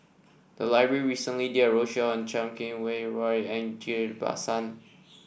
the library recently did a roadshow on Chan Kum Wah Roy and Ghillie Basan